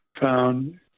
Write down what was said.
found